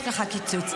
יש לך קיצוץ.